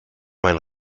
mein